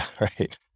right